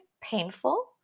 painful